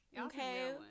okay